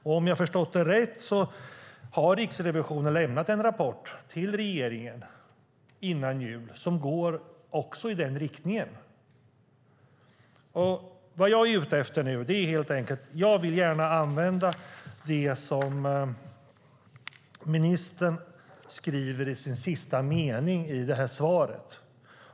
Om jag förstått det rätt har Riksrevisionen före jul lämnat en rapport till regeringen som går i den riktningen. Det jag är ute efter är helt enkelt att jag gärna vill använda det som ministern skriver i den sista meningen i det skriftliga svaret.